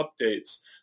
updates